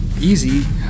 easy